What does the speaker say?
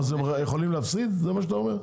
אז הם יכולים להפסיד, זה מה שאתה אומר?